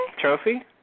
Trophy